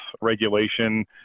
regulation